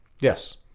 yes